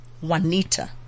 Juanita